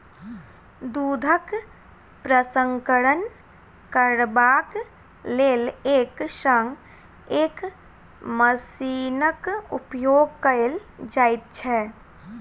दूधक प्रसंस्करण करबाक लेल एक सॅ एक मशीनक उपयोग कयल जाइत छै